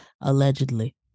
allegedly